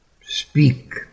speak